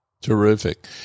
Terrific